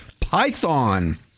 Python